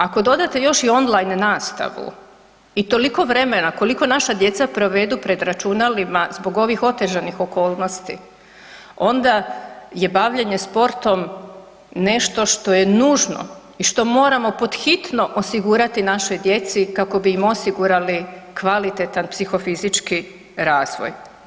Ako dodate još i on line nastavu i toliko vremena koliko naša djeca provedu pred računalima zbog ovih otežanih okolnosti, onda je bavljenje sportom nešto što je nužno i što moramo pod hitno osigurati našoj djeci kako bi im osigurali kvalitetan psihofizički razvoj.